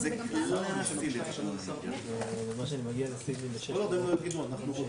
זה ערך וירטואלי, אולי ערך שלא תמיד